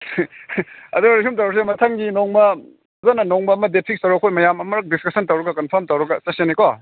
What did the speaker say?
ꯑꯗꯨꯗꯤ ꯁꯨꯝ ꯇꯧꯔꯁꯤ ꯃꯊꯪꯒꯤ ꯅꯣꯡꯃ ꯐꯖꯅ ꯅꯣꯡꯃ ꯑꯃ ꯗꯦꯠ ꯐꯤꯛꯁ ꯇꯧꯔ ꯑꯩꯈꯣꯏ ꯃꯌꯥꯝ ꯑꯃꯨꯔꯛ ꯗꯤꯁꯀꯁꯟ ꯇꯧꯔꯒ ꯀꯟꯐꯥꯝ ꯇꯧꯔꯒ ꯆꯠꯁꯤꯅꯦꯀꯣ